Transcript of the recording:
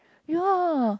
ya